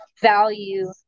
value